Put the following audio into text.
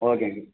okay okay